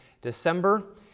December